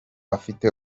afite